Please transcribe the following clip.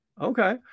Okay